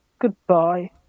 Goodbye